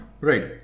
Right